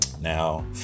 Now